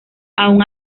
aun